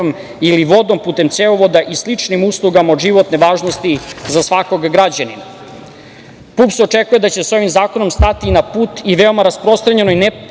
ili vodom, putem cevovoda i sličnim uslugama od životne važnosti za svakog građanina. PUPS očekuje da će se ovim zakonom stati na put i veoma rasprostranjenoj